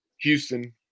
Houston